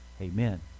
Amen